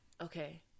okay